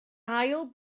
ail